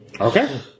Okay